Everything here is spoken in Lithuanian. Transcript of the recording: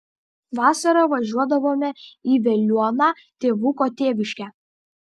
vasarą važiuodavome į veliuoną tėvuko tėviškę